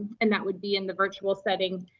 and that would be in the virtual setting,